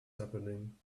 happening